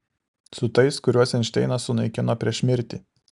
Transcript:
su tais kuriuos einšteinas sunaikino prieš mirtį